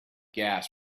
gas